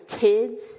kids